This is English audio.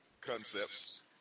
concepts